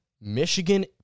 Michigan